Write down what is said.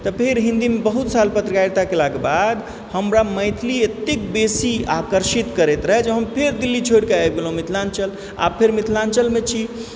तऽ फेर हिन्दीमे बहुत साल पत्रकारिता कयलाके बाद हमरा मैथिली एतेक बेशी आकर्षित करैत रहए जे हम फेर दिल्ली छोड़ि कऽ आबि गेलहुँ मिथिलाञ्चल आब फेर मिथिलाञ्चलमे छी